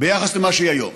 ביחס למה שהיא היום,